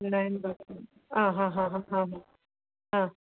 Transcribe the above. അ ഹ ഹ ഹ ഹ അ